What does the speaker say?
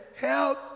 Help